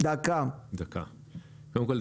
קודם כל,